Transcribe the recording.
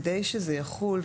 כדי שזה יחול,